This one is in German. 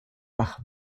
bach